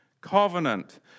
covenant